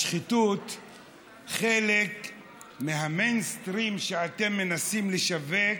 חלק מהמיינסטרים שאתם מנסים לשווק,